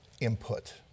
input